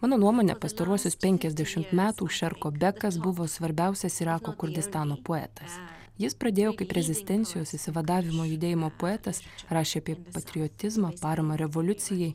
mano nuomone pastaruosius penkiasdešimt metų šerko bekas buvo svarbiausias irako kurdistano poetas jis pradėjo kaip rezistencijos išsivadavimo judėjimo poetas rašė apie patriotizmą paramą revoliucijai